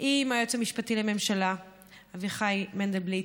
עם היועץ המשפטי לממשלה אביחי מנדלבליט,